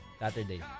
Saturday